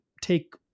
take